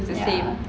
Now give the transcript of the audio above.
ya